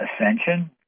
ascension